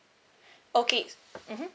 okay mmhmm